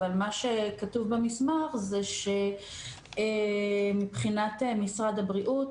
אבל מה שכתוב במסמך זה שמבחינת משרד הבריאות